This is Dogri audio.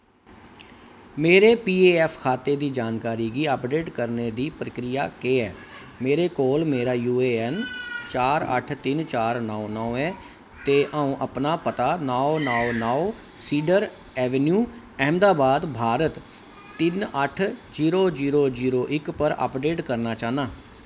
मेरे पी ऐफ्फ खाते दी जानकारी गी अपडेट करने दी प्रक्रिया केह् ऐ मेरे कोल मेरा यूएएन चार अट्ठ तिन चार नौ नौ ऐ ते आऊं अपना पता नौ नौ नौ सीडर एवेन्यू अहमदाबाद भारत तिन अट्ठ जीरो जीरो जीरो इक पर अपडेट करना चाह्न्नां